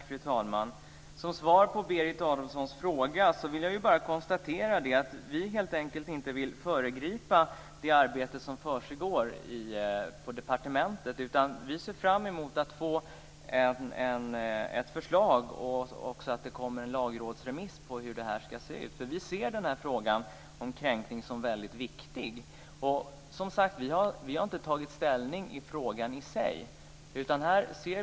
Fru talman! Som svar på Berit Adolfssons fråga kan jag bara konstatera att vi helt enkelt inte vill föregripa det arbete som försiggår på departementet. Vi ser fram emot att få ett förslag och att det kommer en lagrådsremiss om hur det ska se ut. Vi ser frågan om kränkning som väldigt viktig. Vi har inte tagit ställning i frågan i sig.